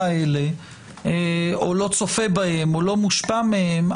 האלה או לא צופה בהם או לא מושפע מהם,